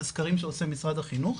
זה סקרים שעושה משרד החינוך.